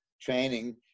training